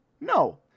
No